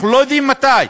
אנחנו לא יודעים מתי.